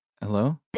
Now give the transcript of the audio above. Hello